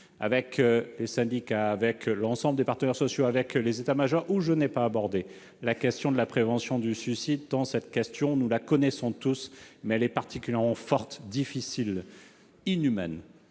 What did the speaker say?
avec les syndicats, avec l'ensemble des partenaires sociaux, avec les états-majors, au cours de laquelle je n'ai pas abordé la question de la prévention du suicide. Cette question, nous la connaissons tous, elle est particulièrement forte, inhumaine,